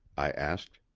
i asked.